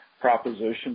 proposition